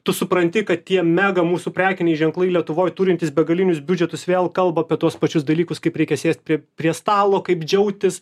tu supranti kad tie mega mūsų prekiniai ženklai lietuvoje turintys begalinius biudžetus vėl kalba apie tuos pačius dalykus kaip reikia sėst prie prie stalo kaip džiaugtis